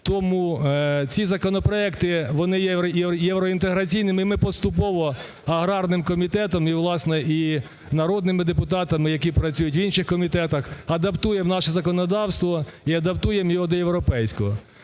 Тому ці законопроекти, вони є євроінтеграційними, ми поступово, аграрним комітетом і, власне, і народними депутатами, які працюють в інших комітетах, адаптуємо наше законодавство і адаптуємо його до європейського.